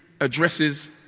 addresses